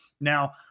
Now